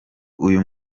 uyu